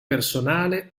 personale